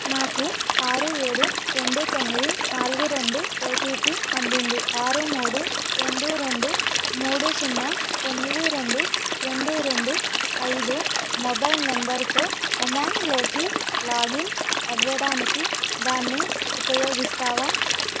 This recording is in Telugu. నాకు ఆరు ఏడు రెండు తొమ్మిది నాలుగు రెండు ఓటీపీ అందింది ఆరు మూడు రెండు రెండు మూడు సున్నా తొమ్మిది రెండు రెండు రెండు ఐదు మొబైల్ నంబరుతో ఉమాంగ్లోకి లాగిన్ అవ్వడానికి దాన్ని ఉపయోగిస్తావా